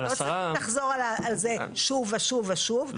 ולא צריך לחזור על זה שוב ושוב ושוב.